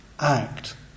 act